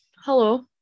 Hello